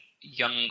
young